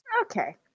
Okay